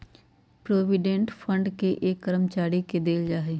provident fund के हर एक कर्मचारी के देल जा हई